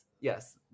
yes